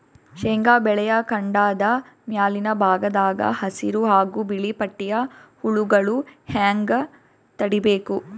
ಶೇಂಗಾ ಬೆಳೆಯ ಕಾಂಡದ ಮ್ಯಾಲಿನ ಭಾಗದಾಗ ಹಸಿರು ಹಾಗೂ ಬಿಳಿಪಟ್ಟಿಯ ಹುಳುಗಳು ಹ್ಯಾಂಗ್ ತಡೀಬೇಕು?